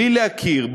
בלי להכיר,